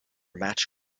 match